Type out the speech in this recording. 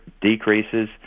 decreases